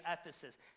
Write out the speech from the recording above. ephesus